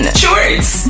shorts